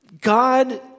God